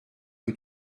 que